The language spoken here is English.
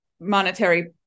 monetary